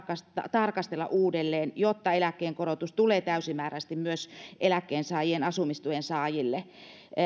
tarkastella uudelleen jotta eläkkeen korotus tulee täysimääräisesti myös eläkkeensaajan asumistuen saajille